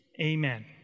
amen